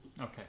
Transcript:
Okay